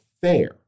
fair